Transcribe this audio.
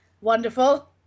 Wonderful